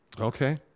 Okay